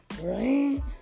right